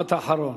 משפט אחרון.